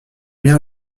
bien